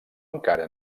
encara